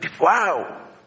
Wow